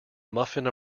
muffin